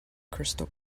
crystal